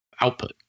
output